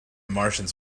martians